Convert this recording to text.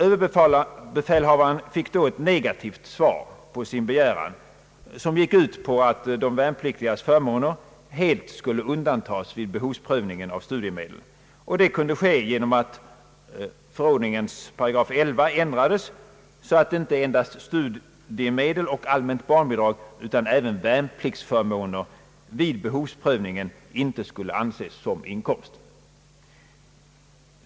Överbefälhavaren fick då ett negativt svar på sin begäran, som gick ut på att de värnpliktigas förmåner helt skulle undantas vid behovsprövningen av studiemedel. Det hade kunnat ske genom att förordningens § 11 ändrats så att inte endast studiemedel och allmänt barnbidrag utan även värnpliktsförmåner vid behovsprövning inte skulle anses som inkomst.